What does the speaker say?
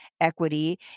equity